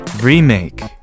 remake